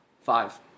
five